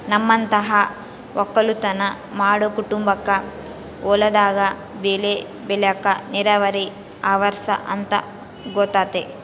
ನಮ್ಮಂತ ವಕ್ಕಲುತನ ಮಾಡೊ ಕುಟುಂಬಕ್ಕ ಹೊಲದಾಗ ಬೆಳೆ ಬೆಳೆಕ ನೀರಾವರಿ ಅವರ್ಸ ಅಂತ ಗೊತತೆ